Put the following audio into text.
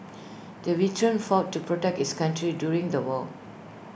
the veteran fought to protect his country during the war